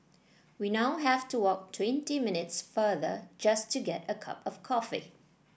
we now have to walk twenty minutes farther just to get a cup of coffee